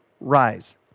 rise